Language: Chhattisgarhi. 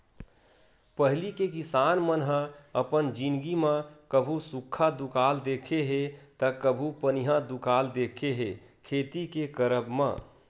पहिली के किसान मन ह अपन जिनगी म कभू सुक्खा दुकाल देखे हे ता कभू पनिहा दुकाल देखे हे खेती के करब म